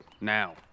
Now